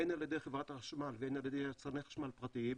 הן על ידי חברת החשמל והן על ידי יצרני חשמל פרטיים.